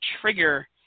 trigger